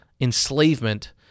enslavement